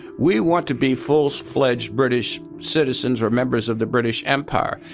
we want to be full-fledged british citizens or members of the british empire.